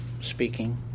speaking